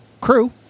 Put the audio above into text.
crew